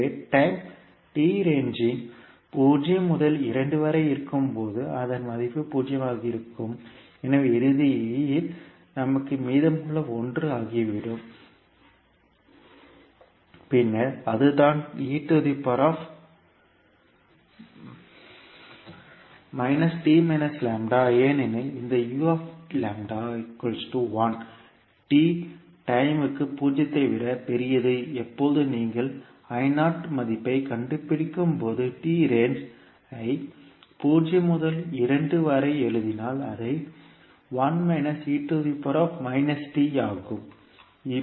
எனவே time t ரேஞ்ச்கிங் 0 முதல் 2 வரை இருக்கும்போது அதன் மதிப்பு 0 ஆக இருக்கும் எனவே இறுதியில் நமக்கு மீதமுள்ள 1 ஆகிவிடும் பின்னர் அதுதான் ஏனெனில் இந்த t டைமுக்கு பூஜ்ஜியத்தை விட பெரியது எப்போது நீங்கள் மதிப்பை கண்டுபிடிக்கும் போது t ரேஞ்ச் ஐ 0 முதல் 2 வரை எழுதினால் அதை ஆகும்